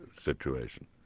situation